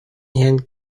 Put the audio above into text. иһэн